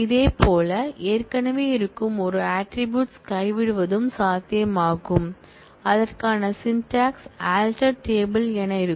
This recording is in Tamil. இதேபோல் ஏற்கனவே இருக்கும் ஒரு ஆட்ரிபூட்ஸ் கைவிடுவதும் சாத்தியமாகும் அதற்கான சின்டெஸ் alter table என இருக்கும்